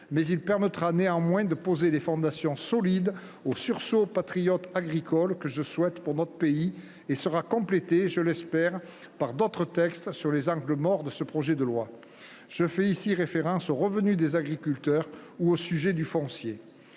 il permettra de poser des fondations solides au sursaut patriote agricole que je souhaite pour notre pays et sera complété, je l’espère, par d’autres textes pour en combler les angles morts. Je fais ici référence au revenu des agriculteurs ou au sujet du foncier.